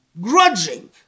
grudging